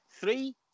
Three